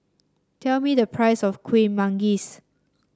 tell me the price of Kuih Manggis